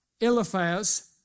Eliphaz